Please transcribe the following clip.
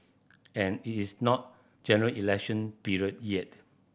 and it is not General Election period yet